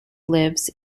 lives